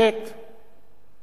לבית-המשפט העליון